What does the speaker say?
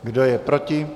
Kdo je proti?